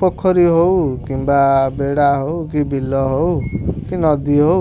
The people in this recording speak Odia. ପୋଖରୀ ହଉ କିମ୍ବା ବେଡ଼ା ହଉ କି ବିଲ ହଉ କି ନଦୀ ହଉ